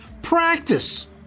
practice